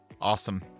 Awesome